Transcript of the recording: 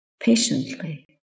patiently